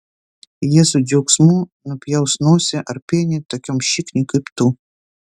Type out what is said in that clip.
jie su džiaugsmu nupjaus nosį ar penį tokiam šikniui kaip tu